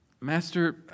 master